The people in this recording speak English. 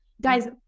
Guys